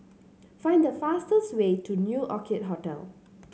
find the fastest way to New Orchid Hotel